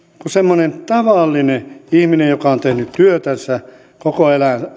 kuin semmoinen tavallinen ihminen joka on tehnyt työtänsä koko